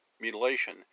mutilation